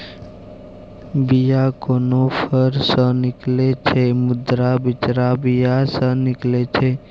बीया कोनो फर सँ निकलै छै मुदा बिचरा बीया सँ निकलै छै